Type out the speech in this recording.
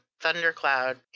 thundercloud